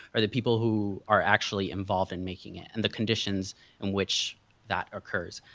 or the people who are actually involved in making it and the conditions in which that occurs.